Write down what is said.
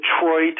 Detroit